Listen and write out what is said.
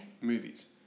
movies